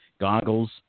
goggles